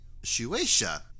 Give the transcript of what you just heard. Shueisha